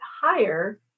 higher